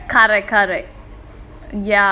correct correct